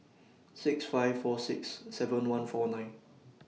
six five four six seven one four nine